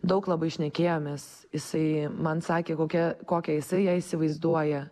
daug labai šnekėjomės jisai man sakė kokia kokią jisai ją įsivaizduoja